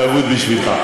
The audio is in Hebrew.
זה אבוד בשבילך.